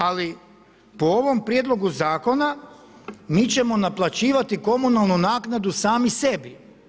Ali po ovom Prijedlogu zakona mi ćemo naplaćivati komunalnu naknadu sami sebi.